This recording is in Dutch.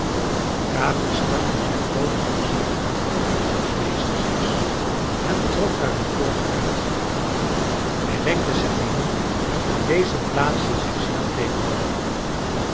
capi stak nu zijn poot in den zak van zijns meesters jas en trok daar een koord uit hij wenkte zerbino en deze plaatste zich snel tegenover hem